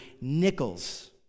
nickels